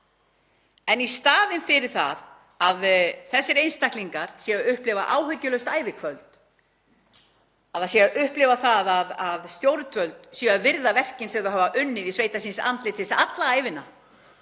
En í staðinn fyrir það að þessir einstaklingar upplifi áhyggjulaust ævikvöld, upplifi að stjórnvöld séu að virða verkin sem þau hafa unnið í sveita síns andlitis alla ævina,